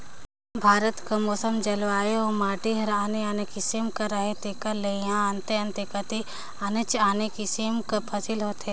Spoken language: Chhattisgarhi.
भारत कर मउसम, जलवायु अउ माटी हर आने आने किसिम कर अहे तेकर ले इहां अन्ते अन्ते कती आनेच आने किसिम कर फसिल होथे